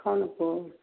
Khanpur